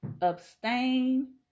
abstain